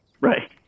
Right